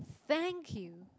thank you